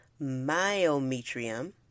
myometrium